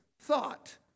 thought